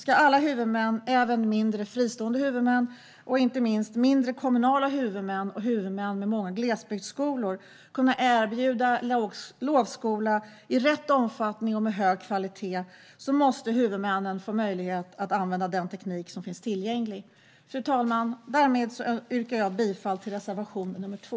Ska alla huvudmän, och även mindre fristående huvudmän och inte minst mindre kommunala huvudmän och huvudmän med många glesbygdsskolor, kunna erbjuda lovskola i rätt omfattning och med hög kvalitet måste huvudmännen få möjlighet att använda den teknik som finns tillgänglig. Fru talman! Därmed yrkar jag bifall till reservation nr 2.